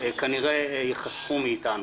כנראה יחסכו מאתנו.